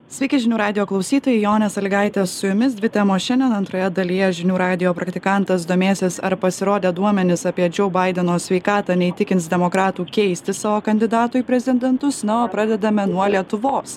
sveiki žinių radijo klausytojai jonė sąlygaitė su jumis dvi temos šiandien antroje dalyje žinių radijo praktikantas domėsis ar pasirodę duomenys apie džiau baideno sveikatą neįtikins demokratų keisti savo kandidato į prezidentus na o pradedame nuo lietuvos